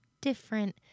different